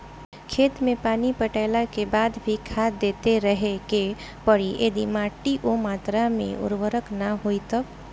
खेत मे पानी पटैला के बाद भी खाद देते रहे के पड़ी यदि माटी ओ मात्रा मे उर्वरक ना होई तब?